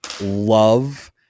love